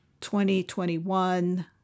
2021